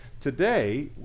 Today